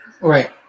Right